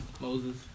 Moses